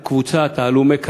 וזו קבוצת הלומי הקרב,